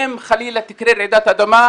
אם חלילה תקרה רעידת אדמה,